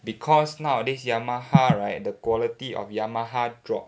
because nowadays Yamaha right the quality of Yamaha dropped